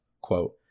quote